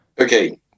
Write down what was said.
Okay